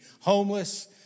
homeless